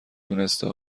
دونسته